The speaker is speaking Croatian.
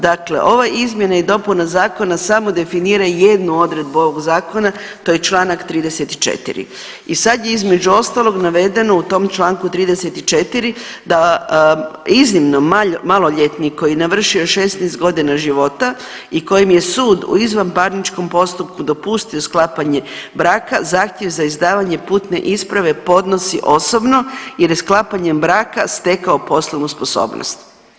Dakle, ova izmjena i dopuna zakona samo definira jednu odredbu ovog zakona, to je čl. 34. i sad je između ostalog navedeno u tom čl. 34. da iznimno maloljetnik koji je navršio 16 godina života i kojem je sud u izvanparničnom postupku dopustio sklapanje braka zahtjev za izdavanje putne isprave podnosi osobni jer je sklapanjem braka stekao poslovnu sposobnost.